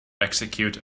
execute